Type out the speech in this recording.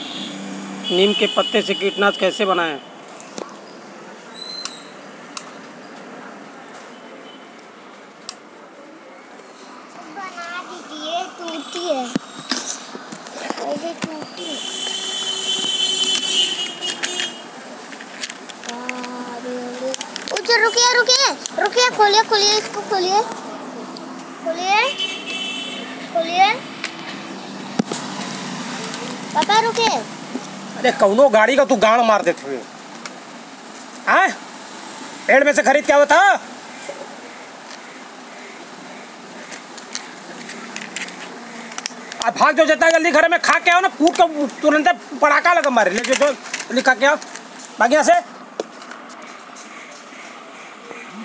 नीम के पत्तों से कीटनाशक कैसे बनाएँ?